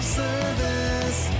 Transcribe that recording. service